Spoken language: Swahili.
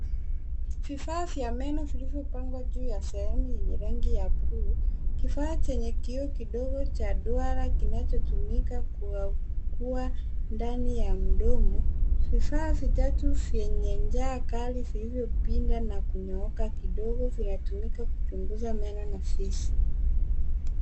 Vifaa vya meno vilivyo pangwa juu ya sehemu yenye rangi ya bluu. Kifaa chenye kioo kidogo cha duara kinacho tumika kuwa ndani ya mdomo. Vifaa vitatu vyenye ncha kali vilivyo pinda na kunyooka kidogo vinatumika kuchunguza meno na fizi.